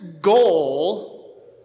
goal